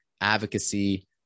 advocacy